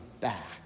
back